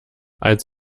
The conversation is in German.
als